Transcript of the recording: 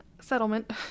settlement